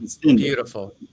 Beautiful